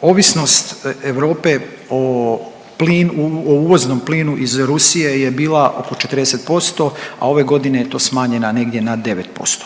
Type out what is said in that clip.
Ovisnost Europe o uvoznom plinu iz Rusije je bila oko 40%, a ove godine je to smanjeno negdje na 9%.